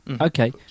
okay